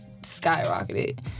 skyrocketed